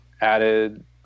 added